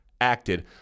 acted